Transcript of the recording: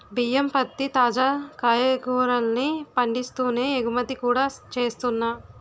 బియ్యం, పత్తి, తాజా కాయగూరల్ని పండిస్తూనే ఎగుమతి కూడా చేస్తున్నా